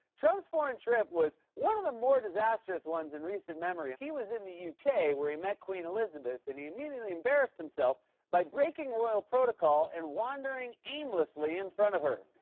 trump's foreign trip was one of the more disastrous ones in recent memory. he was in the u k, where he met queen elizabeth, and he immediately embarrassed himself by breaking royal protocol, and wandering aimlessly in front of her.